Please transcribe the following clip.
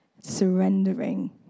surrendering